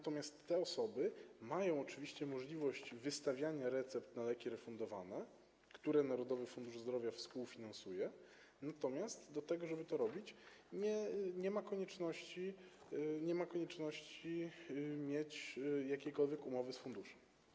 Te osoby mają oczywiście możliwość wystawiania recept na leki refundowane, które Narodowy Fundusz Zdrowia współfinansuje, natomiast do tego, żeby to robić, nie ma konieczności posiadania jakiejkolwiek umowy z funduszem.